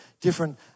different